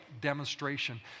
demonstration